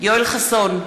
יואל חסון,